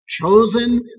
chosen